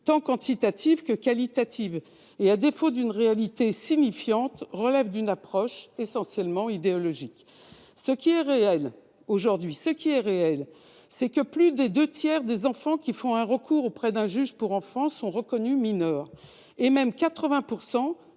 ni quantitative ni qualitative. À défaut d'une réalité signifiante, ils relèvent d'une approche essentiellement idéologique. Ce qui est réel aujourd'hui, c'est que plus des deux tiers des enfants qui font un recours auprès d'un juge des enfants sont reconnus mineurs. Cette